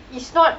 it's not